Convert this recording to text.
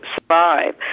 survive